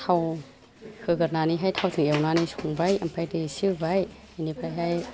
थाव होग्रोनानैहाइ थावखौ एवनानै संबाय ओमफ्राय दै इसे होबाय बिनिफ्रायहाइ